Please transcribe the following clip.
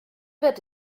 wird